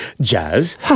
Jazz